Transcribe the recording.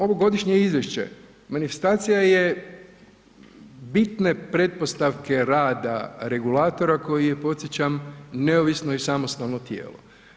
Ovo godišnje izvješće manifestacija je bitne pretpostavke rada regulatora koji je podsjećam, neovisno i samostalno tijelo.